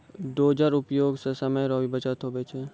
dozer उपयोग से समय रो भी बचत हुवै छै